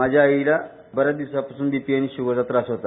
माझ्या आईला बऱ्याच दिवसांपासून बीपी आणि शुगरचा त्रास होता